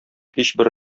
һичбер